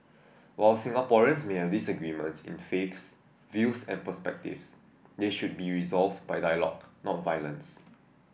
while Singaporeans may have disagreements in faiths views and perspectives they should be resolved by dialogue not violence